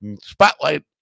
Spotlight